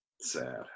Sad